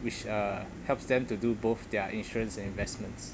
which uh helps them to do both their insurance and investments